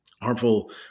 harmful